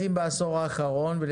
האחרון.